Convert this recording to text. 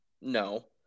no